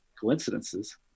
coincidences